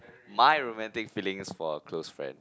my romantic feelings for a close friend